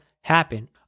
happen